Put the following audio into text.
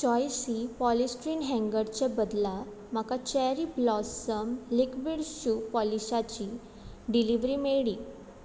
चॉयसी polystyrene हँगरचे बदला म्हाका चॅरी ब्लॉसम लिक्वीड शू पॉलिशाची डिलिव्हरी मेयळी